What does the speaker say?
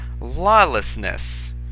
lawlessness